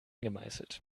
gemeißelt